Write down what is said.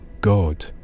God